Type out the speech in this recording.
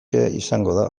izango